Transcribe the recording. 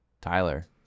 Tyler